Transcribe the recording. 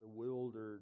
bewildered